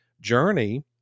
journey